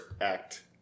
act